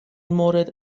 مورد